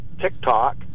TikTok